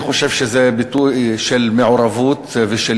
אני חושב שזה ביטוי של מעורבות ושל